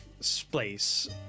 space